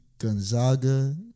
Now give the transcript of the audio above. Gonzaga